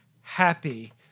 happy